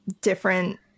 different